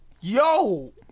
Yo